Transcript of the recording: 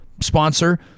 sponsor